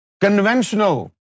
conventional